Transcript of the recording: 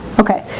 okay,